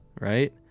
right